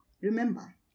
Remember